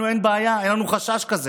לנו אין בעיה, אין לנו חשש כזה.